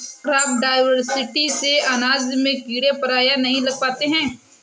crop diversity से अनाज में कीड़े प्रायः नहीं लग पाते हैं